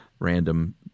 Random